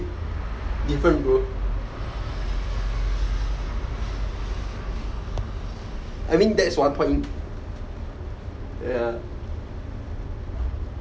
different bro I mean that's one point ya